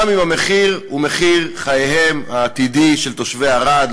גם אם המחיר הוא מחיר חייהם העתידי של תושבי ערד,